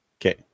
Okay